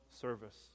service